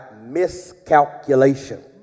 miscalculation